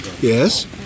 Yes